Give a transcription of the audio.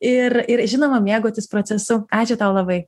ir ir žinoma mėgautis procesu ačiū tau labai